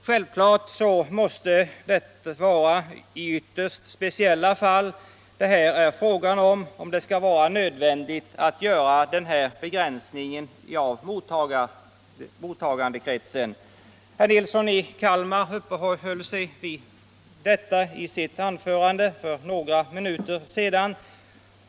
Självklart måste det vara fråga om ytterst speciella fall för att det skall vara nödvändigt att göra en sådan här begränsning av mottagandekretsen. Herr Nilsson i Kalmar uppehöll sig vid detta i sitt anförande för några minuter sedan.